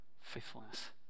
faithfulness